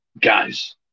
Guys